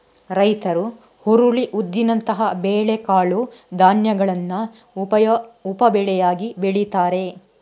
ರೈತರು ಹುರುಳಿ, ಉದ್ದಿನಂತಹ ಬೇಳೆ ಕಾಳು ಧಾನ್ಯಗಳನ್ನ ಉಪ ಬೆಳೆಯಾಗಿ ಬೆಳೀತಾರೆ